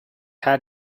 how